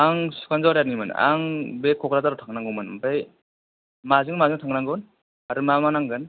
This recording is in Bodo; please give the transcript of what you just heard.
आं सुखानजरानिमोन आं बे कक्राझाराव थांनांगौमोन ओमफ्राय माजों माजों थांनांगोन आरो मा मा नांगोन